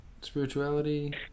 spirituality